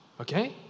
Okay